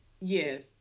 yes